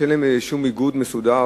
שאין להם שום איגוד מסודר,